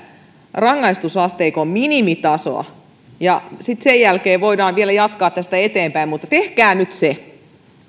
rangaistusasteikon minimitasoa sen jälkeen voidaan vielä jatkaa tästä eteenpäin mutta tehkää nyt se